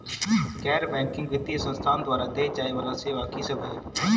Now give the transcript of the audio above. गैर बैंकिंग वित्तीय संस्थान द्वारा देय जाए वला सेवा की सब है?